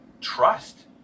trust